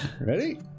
Ready